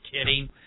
kidding